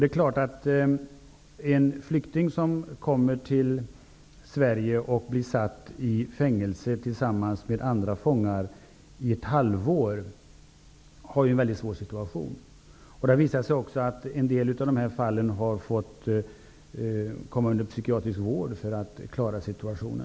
Det är klart att en flykting som kommer till Sverige och blir satt i fängelse tillsammans med andra fångar i ett halvår har en mycket svår situation. Det har också visat sig att en del av dessa flyktingar har måst få psykiatrisk vård för att klara sin situation.